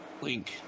link